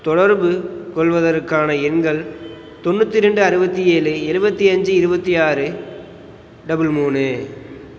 தொடர்புக்கொள்வதற்கான எண்கள் தொண்ணூற்றி ரெண்டு அறுபத்தி ஏழு இருபத்தி அஞ்சு இருபத்தி ஆறு டபுள் மூணு